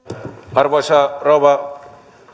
arvoisa rouva